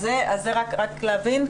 רק להבין,